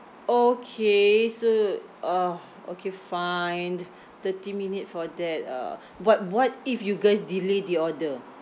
okay so uh okay fine thirty minute for that ah what what if you guys delay the order